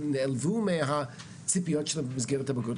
נעלבו מהציפיות במסגרת הבגרות.